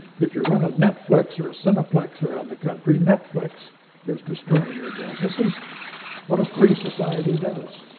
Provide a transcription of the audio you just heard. if you run a netflix or a cineplex around the country, netflix is destroying your jobs. this is what a free society does.